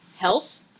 health